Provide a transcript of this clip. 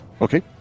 Okay